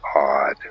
odd